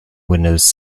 windows